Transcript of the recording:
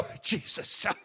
Jesus